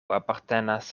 apartenas